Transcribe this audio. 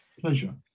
pleasure